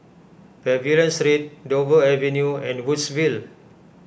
Pavilion Street Dover Avenue and Woodsville